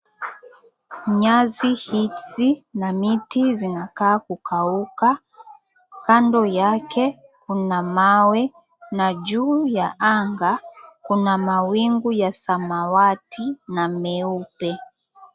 Nyasii hizi na mitii zinakaa kukauka kando yake kuna mawe na juu ya anga kuna mawingu ya samawati na meupe.